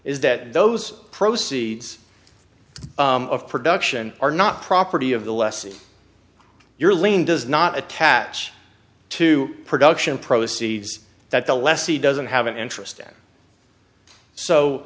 is that those proceeds of production are not property of the lessee your lane does not attach to production proceeds that the lessee doesn't have an interest in so